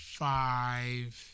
five